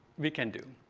we can do.